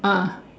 ah